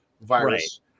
virus